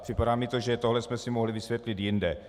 Připadá mi, že tohle jsme si mohli vysvětlit jinde.